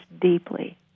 deeply